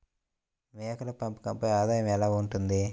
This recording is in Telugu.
మేకల పెంపకంపై ఆదాయం ఎలా ఉంటుంది?